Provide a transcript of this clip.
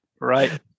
right